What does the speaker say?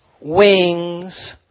wings